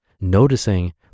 noticing